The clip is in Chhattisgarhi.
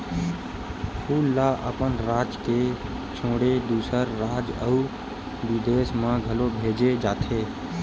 फूल ल अपन राज के छोड़े दूसर राज अउ बिदेस म घलो भेजे जाथे